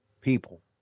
People